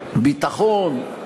ביטחון.